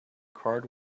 card